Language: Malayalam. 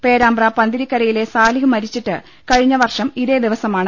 പേരാമ്പ്ര പന്തിരിക്കരയിലെ സാലിഹ് മരിച്ചത് കഴിഞ്ഞ വർഷം ഇതേ ദിവസമാണ്